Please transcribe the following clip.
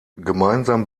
gemeinsam